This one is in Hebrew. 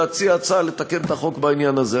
להציע הצעה לתקן את החוק בעניין הזה,